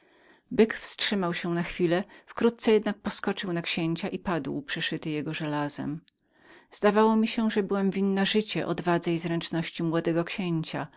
byk wstrzymał się na chwilę wkrótce jednak poskoczył na księcia i padł przeszyty jego żelazem zdało mi się że byłam winna życie odwadze i zręczności młodego księcia